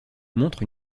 montre